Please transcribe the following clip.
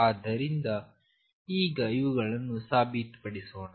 ಆದ್ದರಿಂದ ಈಗ ಇವುಗಳನ್ನು ಸಾಬೀತುಪಡಿಸೋಣ